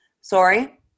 Sorry